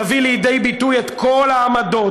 יביא לידי ביטוי את כל העמדות,